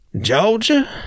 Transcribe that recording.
Georgia